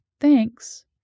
Thanks